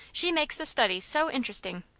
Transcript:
she makes the studies so interesting.